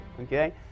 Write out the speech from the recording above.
okay